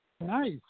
Nice